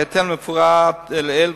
בהתאם למפורט לעיל,